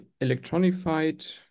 electronified